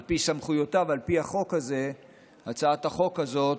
על פי סמכויותיו ועל פי הצעת החוק הזאת,